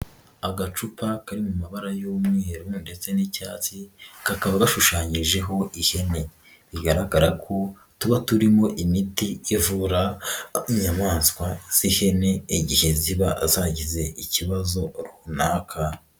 Agacupa kari mu mabara y'umweru ndetse n'icyatsi, kakaba gashushanyijeho ihene bigaragara ko tuba turimo imiti ivura inyamaswa z'ihene igihe ziba zagize ikibazo runaka.